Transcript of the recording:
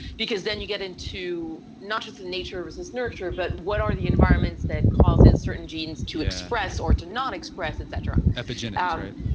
because then you get into not just nature versus nurture, but what are the environments that causes certain genes to express or to not express et cetera epigenous, ah right?